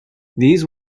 these